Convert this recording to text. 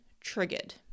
triggered